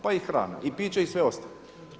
Pa i hrana, i piće i sve ostalo.